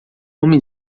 homem